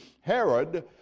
Herod